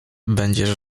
będziesz